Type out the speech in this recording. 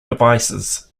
devices